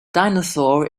dinosaur